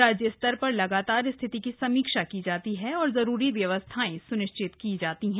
राज्य स्तर पर लगातार स्थिति की समीक्षा की जाती है और जरूरी व्यवस्थाएं स्निश्चित की जाती हैं